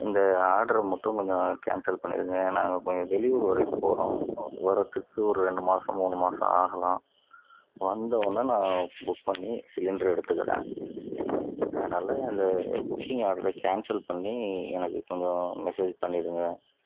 இந்த ஆடரை மட்டும் கொஞ்சம் கேன்சல் பண்ணிருங்கள் நாங்கள் கொஞ்சம் வெளியூர் வரைக்கும் போகிறோம் வர்கிறதுக்கு ஒரு ரெண்டு மாதம் மூணு மாதம் ஆகலாம் வந்தவொன்னே நான் புக் பண்ணி சிலிண்டர் எடுத்துக்கிறேன் அதனால் அந்த புக்கிங் ஆடரை கேன்சல் பண்ணி எனக்கு கொஞ்சம் மெசேஜ் பண்ணிருங்கள்